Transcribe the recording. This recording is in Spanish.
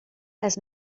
las